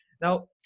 Now